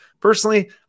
personally